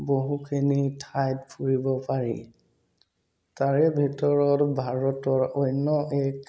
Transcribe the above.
বহুখিনি ঠাইত ফুৰিব পাৰি তাৰে ভিতৰত ভাৰতৰ অন্য এক